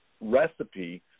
recipe